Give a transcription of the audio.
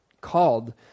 called